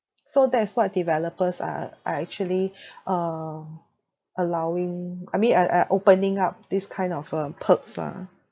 so that is what developers are are actually um allowing I mean uh uh opening up this kind of uh perks lah